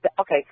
okay